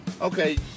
Okay